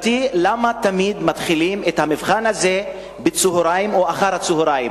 למה תמיד מתחילים את המבחן הזה בצהריים או אחר-הצהריים?